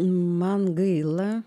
man gaila